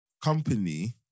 company